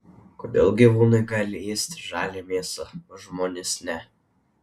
kodėl gyvūnai gali ėsti žalią mėsą o žmonės ne